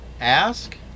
Ask